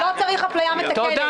לא צריך אפליה מתקנת.